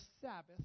Sabbath